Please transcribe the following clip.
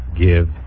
Give